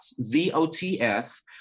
Z-O-T-S